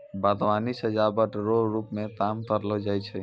बागवानी सजाबट रो रुप मे काम करलो जाय छै